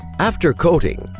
after coating,